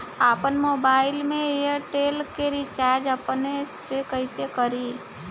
आपन मोबाइल में एयरटेल के रिचार्ज अपने से कइसे करि?